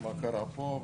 מה קרה פה.